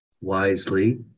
wisely